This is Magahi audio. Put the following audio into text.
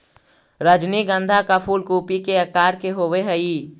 रजनीगंधा का फूल कूपी के आकार के होवे हई